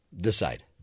Decide